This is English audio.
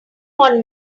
want